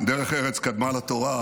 דרך ארץ קדמה לתורה,